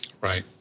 Right